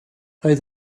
oedd